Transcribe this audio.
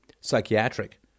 psychiatric